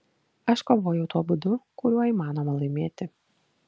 aš kovojau tuo būdu kuriuo įmanoma laimėti